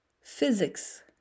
physics